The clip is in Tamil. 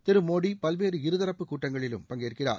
திரு மோடி பல்வேறு இருதரப்பு கூட்டங்களிலும் பங்கேற்கிறார்